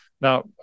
Now